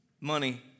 money